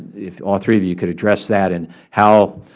if all three of you could address that and how